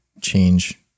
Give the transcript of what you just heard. change